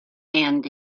and